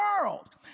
world